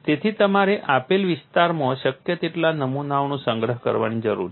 તેથી તમારે આપેલ વિસ્તારમાં શક્ય તેટલા નમૂનાઓનો સંગ્રહ કરવાની જરૂર છે